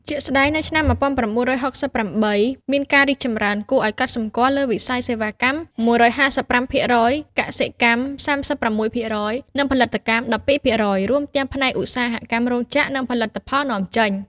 ជាក់ស្តែង នៅឆ្នាំ១៩៦៨ មានការរីកចម្រើនគួរឱ្យកត់សម្គាល់លើវិស័យសេវាកម្ម ១៥៥% កសិកម្ម ៣៦% និងផលិតកម្ម ១២% រួមទាំងផ្នែកឧស្សាហកម្មរោងចក្រ និងផលិតផលនាំចេញ។